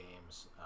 games